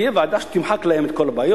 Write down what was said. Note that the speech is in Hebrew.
תהיה ועדה שתמחק להם את כל הבעיות,